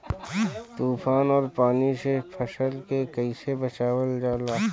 तुफान और पानी से फसल के कईसे बचावल जाला?